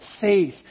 faith